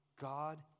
God